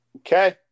Okay